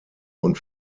und